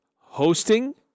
hosting